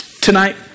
tonight